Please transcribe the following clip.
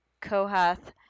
Kohath